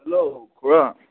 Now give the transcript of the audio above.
hello খুৰা